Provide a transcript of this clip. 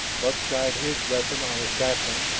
buck tried his weapon on a sapling,